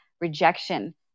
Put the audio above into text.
rejection